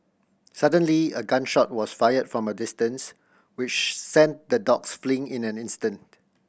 suddenly a gun shot was fired from a distance which sent the dogs fleeing in an instant